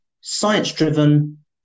science-driven